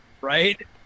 Right